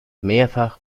mehrfach